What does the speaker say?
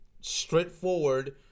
straightforward